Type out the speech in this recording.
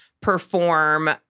perform